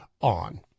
on